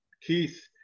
keith